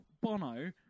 Bono